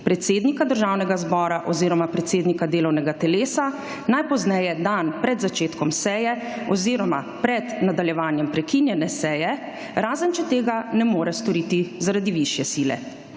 predsednika Državnega zbora oziroma predsednika delovnega telesa najpozneje dan pred začetkom seje oziroma pred nadaljevanjem prekinjene seje, razen če tega ne more storiti zaradi višje sile.